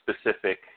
specific